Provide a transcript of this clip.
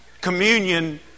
Communion